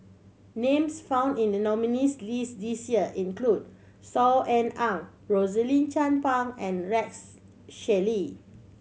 names found in the nominees' list this year include Saw Ean Ang Rosaline Chan Pang and Rex Shelley